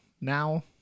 now